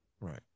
right